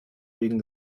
wegen